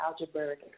algebraic